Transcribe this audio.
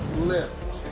lift.